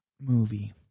movie